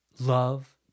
love